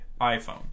iphone